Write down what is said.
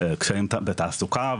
קשיים בתעסוקה,